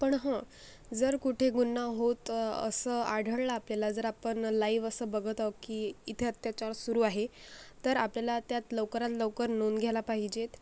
पण हं जर कुठे गुन्हा होत असं आढळलं आपल्याला जर आपण लाईव्ह असं बघत आहो की इथे अत्याचार सुरू आहे तर आपल्याला त्यात लवकरात लवकर नोंद घ्यायला पाहिजे